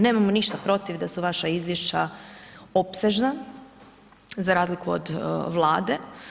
Nemamo ništa protiv da su vaša izvješća opsežna, za razliku od vlade.